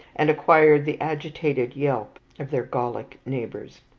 and acquired the agitated yelp of their gallic neighbours.